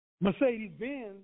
Mercedes-Benz